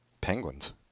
Penguins